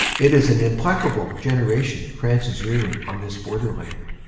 it is an implacable generation france is rearing on this borderland.